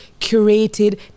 curated